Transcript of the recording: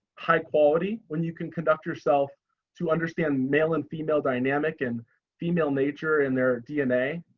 high quality when you can conduct yourself to understand male and female dynamic and female nature and their dna,